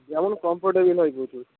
যেমন কম্ফোর্টেবল হয় প্রচুর